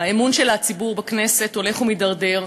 האמון של הציבור בכנסת הולך ומידרדר,